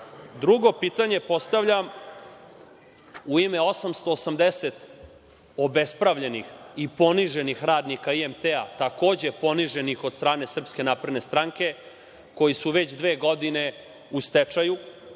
pitanje postavljam, u ime 880 obespravljenih i poniženih radnika IMT, takođe poniženih od strane SNS, koji su već dve godine u stečaju.